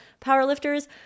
powerlifters